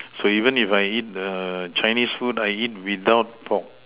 so even if I eat the Chinese food I eat without pork